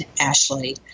Ashley